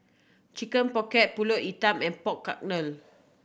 Chicken Pocket Pulut Hitam and pork